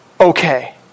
okay